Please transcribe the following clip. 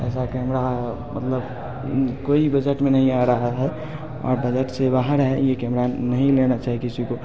ऐसा कैमरा है मतलब कोई बजट में नहीं आ रहा है और बजट से बाहर है ये कैमरा नहीं लेना चाहिए किसी को